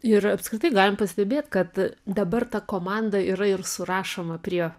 ir apskritai galim pastebėt kad dabar ta komanda yra ir surašoma prie